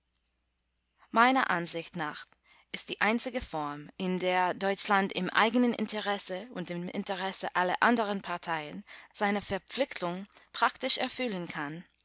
meiner ansicht nach ist die einzige form in der deutschland im eigenen interesse und im interesse aller anderen parteien seine verpflichtungen praktisch erfüllen kann